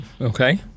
Okay